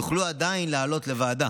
יוכלו עדיין לעלות לוועדה.